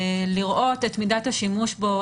לראות את מידת השימוש בו,